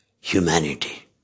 humanity